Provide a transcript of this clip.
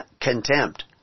contempt